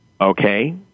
okay